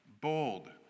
bold